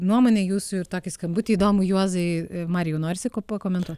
nuomonę jūsų ir tokį skambutį įdomų juozai marijau norisi kuo pakomentuot